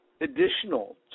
Additional